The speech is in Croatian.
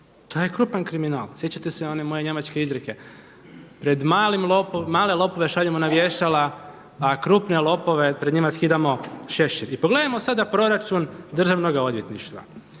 To je krupan kriminal. Sjećate se one moje njemačke izreke „Male lopove šaljemo na vješala, a krupne lopove pred njima skidamo šešir“. I pogledajmo sada proračun Državnoga odvjetništva.